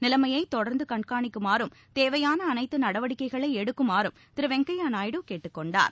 நிலைமையை தொடர்ந்து கண்காணிக்குமாறும் தேவையாள அனைத்து நடவடிக்கைகளையும் எடுக்குமாறும் திரு வெங்கய்யா நாயுடு கேட்டுக் கொண்டார்